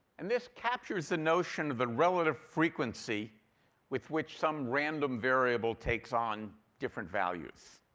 and this captures the notion of the relative frequency with which some random variable takes on different values.